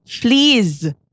Please